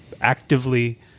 actively